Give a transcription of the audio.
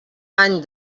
any